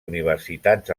universitats